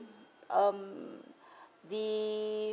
um the